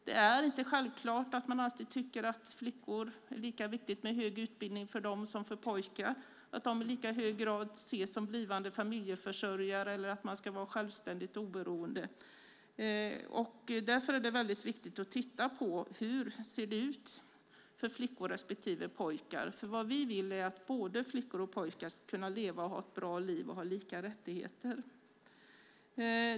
Det är inte självklart att man alltid tycker att det är lika viktigt med hög utbildning för flickor som för pojkar och att de i lika hög grad ses som blivande familjeförsörjare eller att de ska vara självständiga och oberoende. Därför är det viktigt att titta på hur det ser ut för flickor respektive pojkar, för vad vi vill är att både flickor och pojkar ska kunna ha ett bra liv och lika rättigheter.